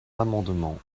l’amendement